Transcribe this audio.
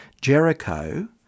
Jericho